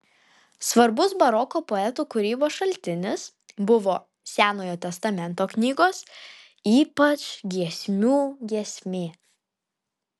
svarbus baroko poetų kūrybos šaltinis buvo senojo testamento knygos ypač giesmių giesmė